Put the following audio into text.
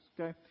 okay